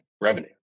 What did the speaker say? revenue